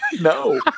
No